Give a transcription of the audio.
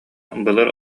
былыр